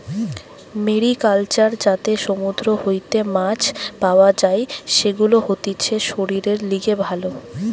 mariculture যাতে সমুদ্র হইতে মাছ পাওয়া যাই, সেগুলা হতিছে শরীরের লিগে ভালো